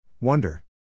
Wonder